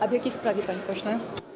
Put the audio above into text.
A w jakiej sprawie, panie pośle?